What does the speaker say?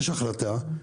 יש החלטה,